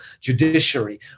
judiciary